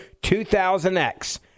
2000X